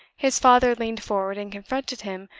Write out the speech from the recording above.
his father leaned forward and confronted him,